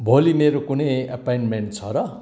भोलि मेरो कुनै एपोइन्टमेन्ट छ र